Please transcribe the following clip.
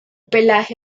pelaje